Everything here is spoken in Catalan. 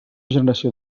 generació